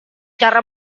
cara